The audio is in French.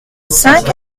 cinq